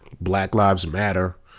black lives matter,